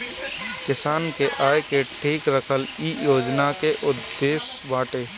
किसान के आय के ठीक रखल इ योजना के उद्देश्य बाटे